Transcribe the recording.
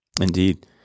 Indeed